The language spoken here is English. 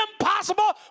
impossible